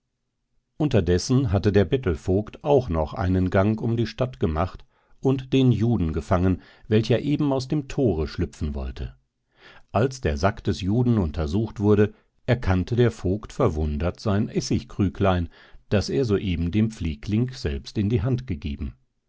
unterdessen hatte der bettelvogt auch noch einen gang um die stadt gemacht und den juden gefangen welcher eben aus dem tore schlüpfen wollte als der sack des juden untersucht wurde erkannte der vogt verwundert sein essigkrüglein das er soeben dem pflegling selbst in die hand gegeben